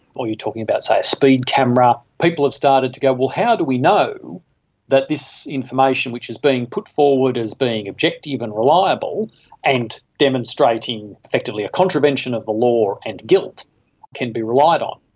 or you're talking about, say, a speed camera. people have started to go, well, how do we know that this information that is being put forward as being objective and reliable and demonstrating effectively a contravention of the law and guilt can be relied on?